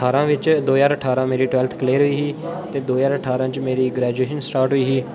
ठारां विच्च दो ज्हार ठारां मेरी ट्वेल्थ क्लियर होई ही ते दो ज्हार ठारां च मेरी ग्रेजुएशन स्टार्ट होई ही